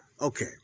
Okay